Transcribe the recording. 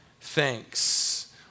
thanks